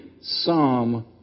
Psalm